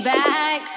back